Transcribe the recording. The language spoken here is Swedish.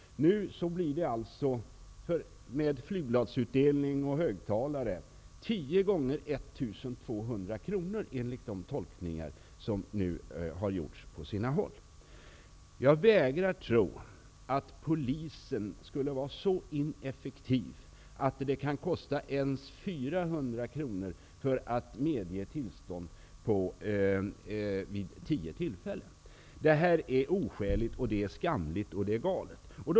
Nu kostar det alltså, med flygbladsutdelning och högtalare, 10 x 1 200 kr enligt de tolkningar som på olika håll har gjorts. Jag vägrar att tro att Polisen skulle vara så ineffektiv att det ens kan kosta 400 kr att utfärda tillstånd för möten vid tio tillfällen. Det här är oskäligt. Det är också skamligt och galet.